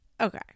okay